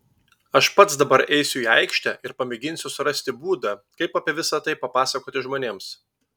aš pats dabar eisiu į aikštę ir pamėginsiu surasti būdą kaip apie visa tai papasakoti žmonėms